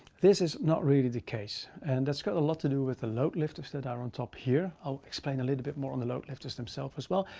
this is not really the case. and that's got a lot to do with the load lifters that are on top here. i'll explain a little bit more later on the load lifters themselves as well,